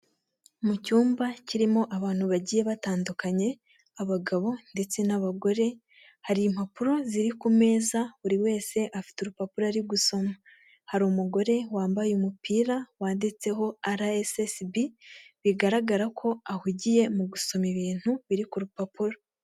m'icyumba kirimo abantu bagiye batandukanye, abagabo ndetse n'abagore hari impapuro ziri ku meza buri wese afite urupapuro ari gusoma hari umugore wambaye umupira wanditseho arasesibi bigaragara ko ahugiye mu gusoma ibintu biri ku rupapuro.